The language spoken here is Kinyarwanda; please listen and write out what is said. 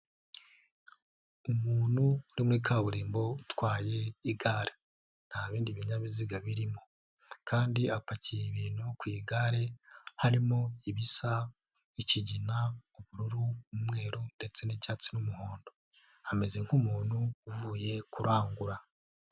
Umuntu uri muri kaburimbo utwaye igare, nta bindi binyabiziga birimo kandi apakiye ibintu ku igare harimo ibisa ikigina, ubururu, umweru ndetse n'icyatsi n'umuhondo, ameze nk'umuntu uvuye kurangura.